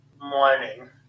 morning